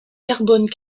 carbone